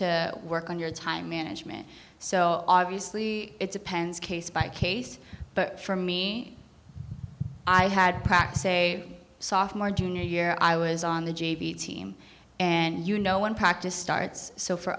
to work on your time management so obviously it depends case by case but for me i had packs a sophomore junior year i was on the j v team and you know one practice starts so for